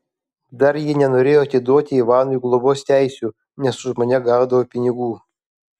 dar ji nenorėjo atiduoti ivanui globos teisių nes už mane gaudavo pinigų